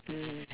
mm